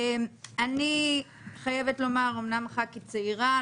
אני אומנם חברת כנסת צעירה,